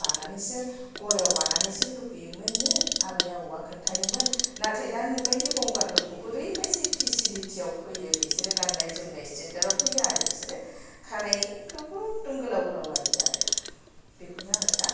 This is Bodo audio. बानानैसो गरायाव बानानैसो होफैयोमोन नो आबै आबौवा खोन्थायोमोन नाथाय दा नुबायदि गंगारफोरखौ ओरैबायदि पिसिलिटि याव फैयो बिसोरो गान्नाय जोमनाय स्थेन्दाराव फैयो आरो बिसोरो खानायखौबो एगदम गोलाव गोलाव लायो आरो बेखौनो आङो दा